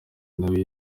nawe